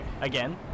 again